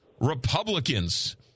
Republicans